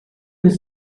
his